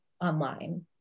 online